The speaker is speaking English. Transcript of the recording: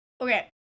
Okay